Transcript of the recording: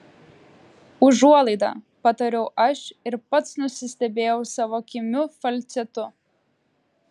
užuolaida patariau aš ir pats nusistebėjau savo kimiu falcetu